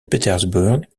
petersburg